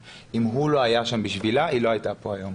אם הוא לא היה שם בשבילה, היא לא הייתה כאן היום.